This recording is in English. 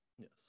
yes